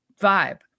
vibe